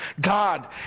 God